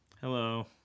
Hello